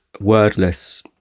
wordless